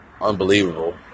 unbelievable